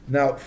Now